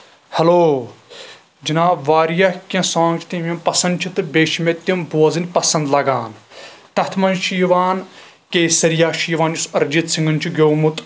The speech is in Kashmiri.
ہیلو جِناب واریاہ کیٚنٛہہ سانٛگ چھِ تِم یِم پسنٛد چھِ تہٕ بیٚیہِ چھِ مےٚ تِم بوزٕنۍ پسنٛد لگان تَتھ منٛز چھُ یِوان کیسریا چھُ یِوان یُس ارِجیت سنگن چھُ گیومُت